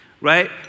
right